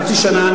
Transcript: חצי שנה,